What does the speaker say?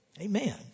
Amen